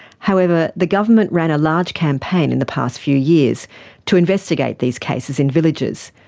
however the government ran a large campaign in the past few years to investigate these cases in villages.